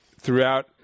throughout